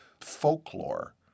folklore